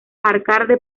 arcade